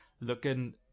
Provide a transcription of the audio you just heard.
looking